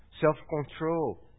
self-control